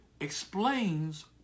explains